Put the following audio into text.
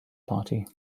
party